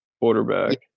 quarterback